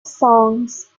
songs